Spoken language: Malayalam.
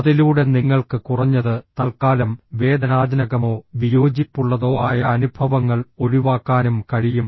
അതിലൂടെ നിങ്ങൾക്ക് കുറഞ്ഞത് തൽക്കാലം വേദനാജനകമോ വിയോജിപ്പുള്ളതോ ആയ അനുഭവങ്ങൾ ഒഴിവാക്കാനും കഴിയും